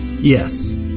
yes